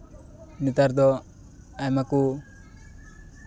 ᱱᱮᱛᱟᱨ ᱫᱚ ᱟᱭᱢᱟ ᱠᱚ